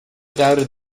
doubted